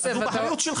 אז הוא באחריות שלך.